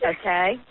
okay